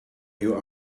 you